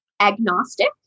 agnostic